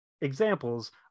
examples